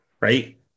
right